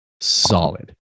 solid